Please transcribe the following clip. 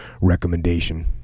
recommendation